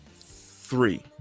three